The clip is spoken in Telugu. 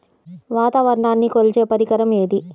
వాతావరణాన్ని కొలిచే పరికరం ఏది?